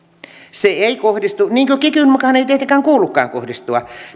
se ei kohdistu niin kuin kikyn mukaan ei tietenkään kuulukaan kohdistua